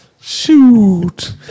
shoot